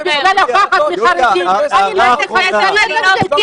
בגלל הפחד מחרדים אני לא צריכה לציית לזה,